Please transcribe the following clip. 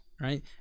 right